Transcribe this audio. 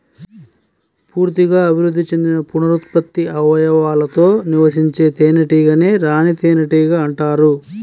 పూర్తిగా అభివృద్ధి చెందిన పునరుత్పత్తి అవయవాలతో నివసించే తేనెటీగనే రాణి తేనెటీగ అంటారు